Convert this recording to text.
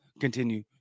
continue